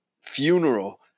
funeral